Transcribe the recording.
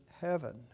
heaven